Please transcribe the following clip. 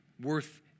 worth